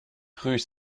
rue